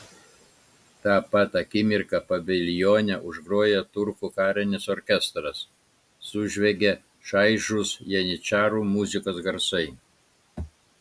tą pat akimirką paviljone užgroja turkų karinis orkestras sužviegia šaižūs janyčarų muzikos garsai